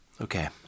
Okay